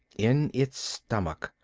in its stomach,